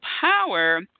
power